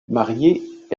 mariée